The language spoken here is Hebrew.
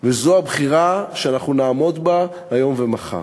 וזו הבחירה שאנחנו נעמוד בה היום ומחר: